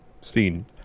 seen